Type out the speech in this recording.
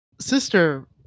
sister